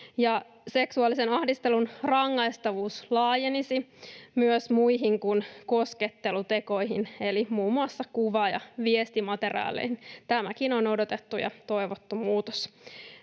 Seksuaalisen ahdistelun rangaistavuus laajenisi myös muihin kuin koskettelutekoihin, eli muun muassa kuva‑ ja viestimateriaaleihin. Tämäkin on odotettu ja toivottu muutos.